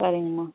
சரிங்கம்மா